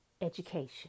education